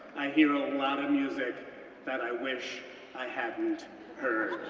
i hear a lot of music that i wish i hadn't heard.